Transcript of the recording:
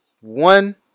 one